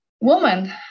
woman